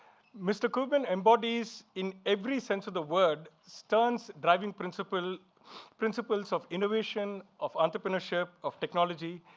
mr. cuban embodies, in every sense of the word, stern's driving principles principles of innovation, of entrepreneurship, of technology.